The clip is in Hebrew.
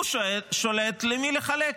הוא שולט למי לחלק.